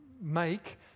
make